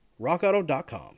rockauto.com